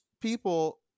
people